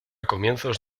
comienzos